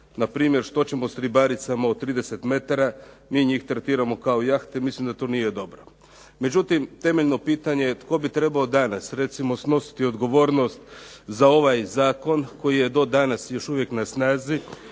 Npr. što ćemo s ribaricama od 30 metara? Mi njih tretiramo kao jahte, mislim da to nije dobro. Međutim, temeljno pitanje je tko bi trebao danas snositi odgovornost za ovaj zakon koji je do danas još uvijek na snazi